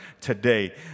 today